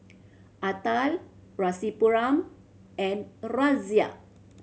Atal Rasipuram and Razia